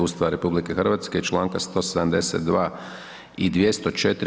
Ustava RH i Članka 172. i 204.